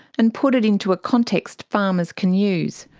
and put it into a context farmers can use.